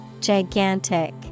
Gigantic